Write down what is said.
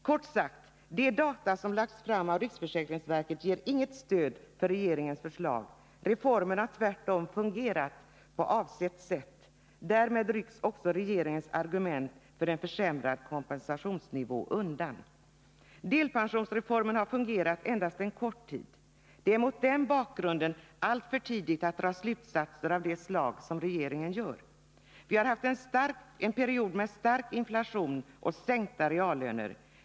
Kort sagt: de data som har lagts fram av riksförsäkringsverket ger inget stöd för regeringens förslag. Reformen har tvärtom fungerat på avsett sätt. Därmed rycks också regeringens argument för en försämrad kompensationsnivå undan. Delpensionsreformen har fungerat endast en kort tid. Det är mot denna bakgrund alltför tidigt att dra slutsatser av det slag som regeringen gör. Vi har haft en period med stark inflation och sänkta reallöner.